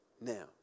now